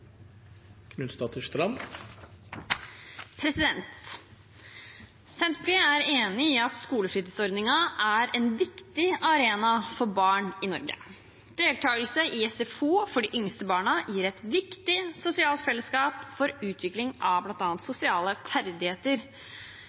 en viktig arena for barn i Norge. Deltakelse i SFO for de yngste barna gir et viktig sosialt fellesskap for utvikling av bl.a. sosiale ferdigheter.